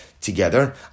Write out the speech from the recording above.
Together